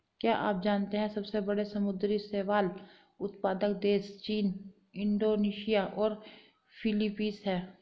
क्या आप जानते है सबसे बड़े समुद्री शैवाल उत्पादक देश चीन, इंडोनेशिया और फिलीपींस हैं?